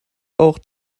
auch